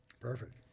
Perfect